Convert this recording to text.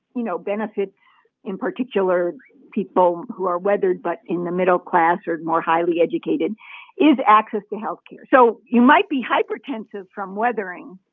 you know, benefits in particular people who are weathered but in the middle class or more highly educated is access to health care. so you might be hypertensive from weathering,